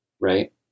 right